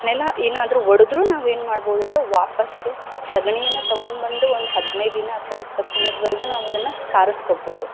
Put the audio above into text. ನೆಲ ಏನಾದರೂ ಒಡ್ದ್ರು ನಾವು ಏನು ಮಾಡ್ಬೋದು ಅಂದ್ರೆ ವಾಪಾಸ್ ಸಗಣಿಯನ್ನ ತಗೊಂಡು ಬಂದು ಒಂದು ಹದಿನೈದು ದಿನ ಅಥ್ವ ಇಪ್ಪತ್ತು ದಿನದವರ್ಗು ನಾವು ಅದನ್ನ ಸಾರಿಸ್ಕೊಬೋದು